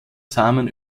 samen